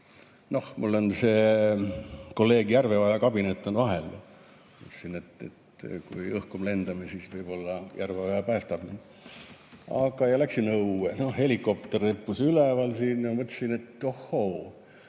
Noh, mul on kolleeg Järveoja kabinet vahel, et kui õhku lendame, siis võib-olla Järveoja päästab mind. Aga läksin õue, helikopter rippus üleval siin ja mõtlesin, et ohoo,